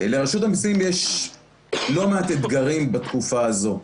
לרשות המיסים יש לא מעט אתגרים בתקופה הזו.